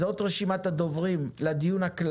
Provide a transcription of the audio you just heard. המטרה שלנו היא להבטיח את הרציפות של השירות האוניברסאלי.